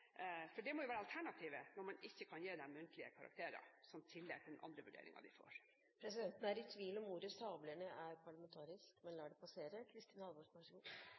må jo være alternativet, når man ikke kan gi dem muntlige karakterer som tillegg til den andre vurderingen de får. Presidenten er i tvil om hvorvidt uttrykket «sabler ned» er parlamentarisk språkbruk, men lar det passere.